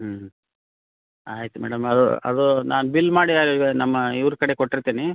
ಹ್ಞೂ ಹ್ಞೂ ಆಯ್ತು ಮೇಡಮ್ ಅದು ಅದು ನಾನು ಬಿಲ್ ಮಾಡಿ ನಮ್ಮ ಇವ್ರ ಕಡೆ ಕೊಟ್ಟಿರ್ತೀನಿ